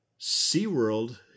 SeaWorld